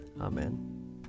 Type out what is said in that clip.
Amen